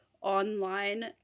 online